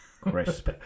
crisp